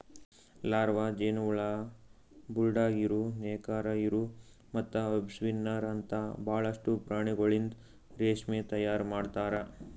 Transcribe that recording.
larva, ಜೇನುಹುಳ, bulldog ಇರು, ನೇಕಾರ ಇರು ಮತ್ತ ವೆಬ್ಸ್ಪಿನ್ನರ್ ಅಂತ ಭಾಳಷ್ಟು ಪ್ರಾಣಿಗೊಳಿಂದ್ ರೇಷ್ಮೆ ತೈಯಾರ್ ಮಾಡ್ತಾರ